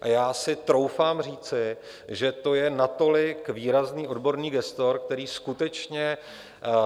A já si troufám říci, že to je natolik výrazný odborný gestor, který skutečně